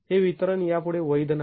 हे वितरण यापुढे वैध नाही